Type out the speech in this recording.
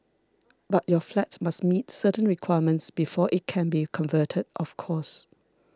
but your flat must meet certain requirements before it can be converted of course